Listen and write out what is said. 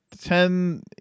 ten